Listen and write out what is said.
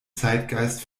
zeitgeist